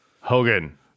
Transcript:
Hogan